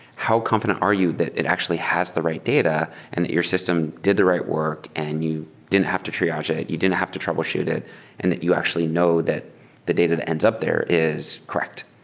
how confident are you that it actually has the right data and that your system did the right work and you didn't have to triage it. you didn't have to troubleshoot it and that you actually know that the data that ends up there is correct.